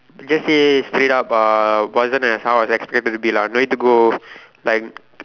just say straight up uh wasn't as how as expected to be lah no need to go like